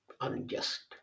unjust